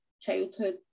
childhood